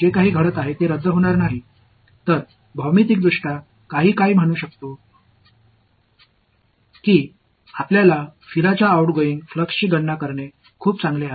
எனவே வடிவியல் ரீதியாக நாம் என்ன சொல்ல முடியும் என்றால் நீங்கள் சுழற்சியின் வெளிச்செல்லும் ஃபிளக்ஸை கணக்கிட விரும்புகிறீர்கள்